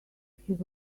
his